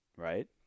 Right